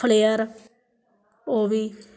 flare ओह् बी